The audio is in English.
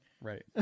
Right